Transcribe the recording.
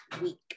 week